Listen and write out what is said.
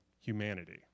humanity